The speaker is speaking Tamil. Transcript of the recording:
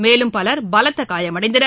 மேலும் பலர் பலத்த காயமடைந்தனர்